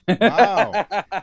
Wow